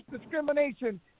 discrimination